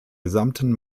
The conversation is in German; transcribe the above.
gesamten